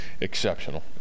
exceptional